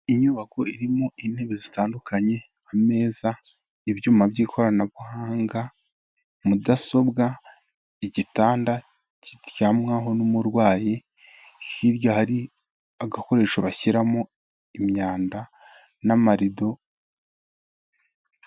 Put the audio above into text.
Inyubako irimo intebe zitandukanye ameza, ibyuma by'ikoranabuhanga, mudasobwa, igitanda kiryamwaho n'umurwayi, hirya hari agakoresho bashyiramo imyanda n'amarido.